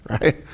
right